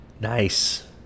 Nice